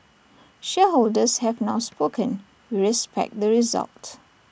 shareholders have now spoken we respect the result